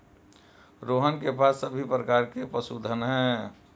रोहन के पास सभी प्रकार के पशुधन है